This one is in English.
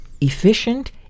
efficient